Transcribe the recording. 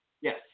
Yes